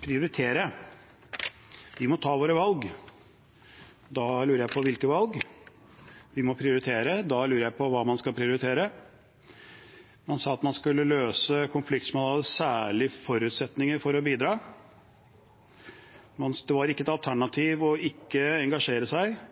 prioritere: Vi må «ta valg» – da lurer jeg på hvilke valg. «Vi må prioritere» – da lurer jeg på hva man skal prioritere. Man sa at man skulle løse konflikter der man hadde særlige forutsetninger for å bidra. Det var ikke et alternativ å ikke engasjere seg,